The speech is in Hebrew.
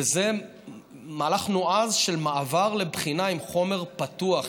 וזה מהלך נועז של מעבר לבחינה עם חומר פתוח,